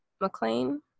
McLean